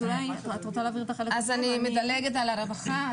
אז אני מדלגת על הרווחה.